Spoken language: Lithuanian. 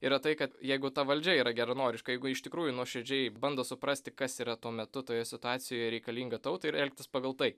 yra tai kad jeigu ta valdžia yra geranoriška jeigu iš tikrųjų nuoširdžiai bando suprasti kas yra tuo metu toje situacijoje reikalinga tautai ir elgtis pagal tai